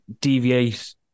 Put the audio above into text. deviate